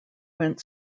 went